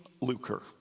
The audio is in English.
lucre